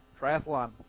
triathlon